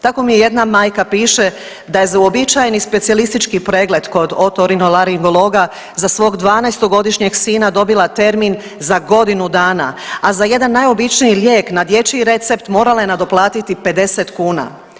Tako mi jedna majka piše da je za uobičajeni specijalistički pregled kod otorinolaringologa za svoj 12-to godišnjeg sina dobila termin za godinu dana, a za jedan najobičniji lijek na dječji recept morala je nadoplatiti 50 kuna.